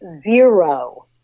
zero